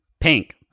Pink